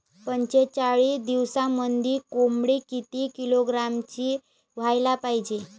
पंचेचाळीस दिवसामंदी कोंबडी किती किलोग्रॅमची व्हायले पाहीजे?